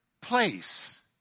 place